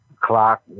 clock